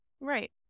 Right